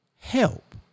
help